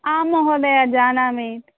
आं महोदय जानामि